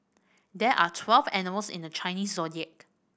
there are twelve animals in the Chinese Zodiac